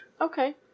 Okay